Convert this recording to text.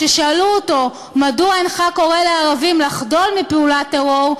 כששאלו אותו: מדוע אינך קורא לערבים לחדול מפעולות הטרור?